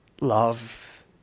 love